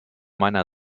meiner